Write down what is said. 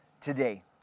today